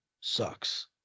sucks